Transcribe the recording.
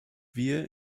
wir